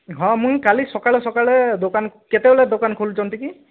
ହଁ ମୁଇଁ କାଲି ସକାଳେ ସକାଳେ ଦୋକାନ୍ କେତେବେଳେ ଦୋକାନ୍ ଖୋଲୁଛନ୍ତି କି